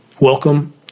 Welcome